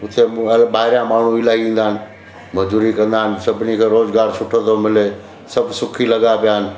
हुते ॿाहिरां माण्हू इलाही ईंदा आहिनि मजदूरी कंदा आहिनि सभिनी खे रोज़गार सुठो थो मिले सभु सुखी लॻा पिया आहिनि